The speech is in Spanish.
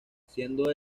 siendo